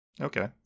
Okay